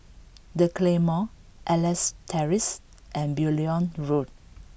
the Claymore Elias Terrace and Beaulieu Road